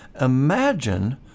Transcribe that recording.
Imagine